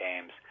games